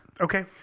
Okay